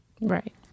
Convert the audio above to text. right